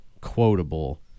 quotable